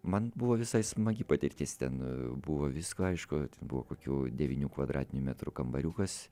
man buvo visai smagi patirtis ten buvo visko aišku buvo kokių devynių kvadratinių metrų kambariukas